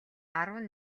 арван